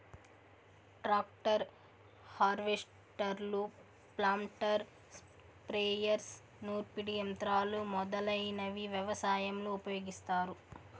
tractor, హార్వెస్టర్లు, planter, sprayers, నూర్పిడి యంత్రాలు మొదలైనవి వ్యవసాయంలో ఉపయోగిస్తారు